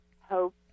hope